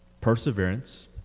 perseverance